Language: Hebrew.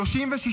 חברים, להירגע.